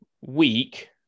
week